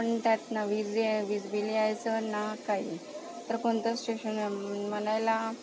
पण त्यातनं वीज जे आहे वीज बिल यायचं ना काही तर कोणतं सेशन म्हणायला